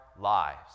lives